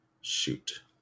shoot